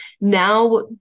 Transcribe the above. now